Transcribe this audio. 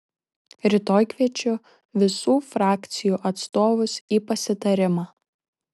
rytoj kviečiu visų frakcijų atstovus į pasitarimą